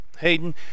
Hayden